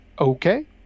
Okay